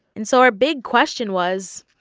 and so our big question was,